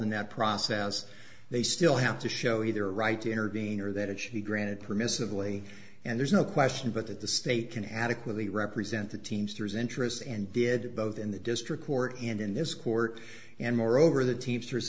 in that process they still have to show you their right to intervene or that it should be granted permissibly and there's no question but that the state can adequately represent the teamsters interests and did vote in the district court in this court and moreover the teamsters